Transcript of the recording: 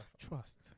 trust